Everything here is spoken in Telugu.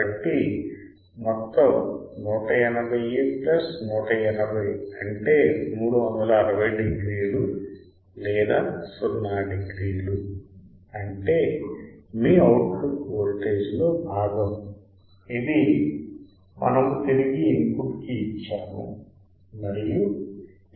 కాబట్టి మొత్తం 180 ప్లస్ 180 అంటే 360 డిగ్రీలు లేదా 0 డిగ్రీలు అంటే మీ అవుట్పుట్ వోల్టేజ్ లో భాగం ఇది మనము తిరిగి ఇన్పుట్ కి ఇచ్చాము మరియు ఇది 0 డిగ్రీలు ఉంది